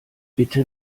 bitte